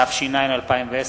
התש"ע 2010,